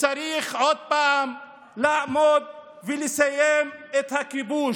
צריך לעמוד ולסיים את הכיבוש.